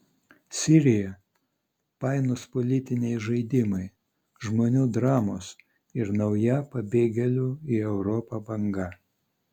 sirija painūs politiniai žaidimai žmonių dramos ir nauja pabėgėlių į europą banga